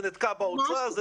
זה נתקע באוצר?